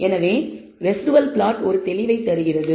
எனவே residual plot ஒரு தெளிவை தருகிறது